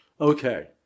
Okay